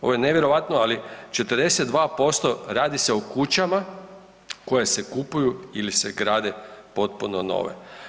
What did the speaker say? Ovo je nevjerovatno ali 42% radi se o kućama koje se kupuju ili se grade potpuno nove.